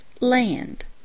land